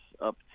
up